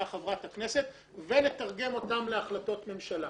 חברת הכנסת ולתרגם אותם להחלטות ממשלה.